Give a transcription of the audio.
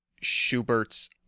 Schubert's